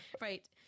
right